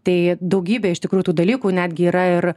tai daugybė iš tikrųjų tų dalykų netgi yra ir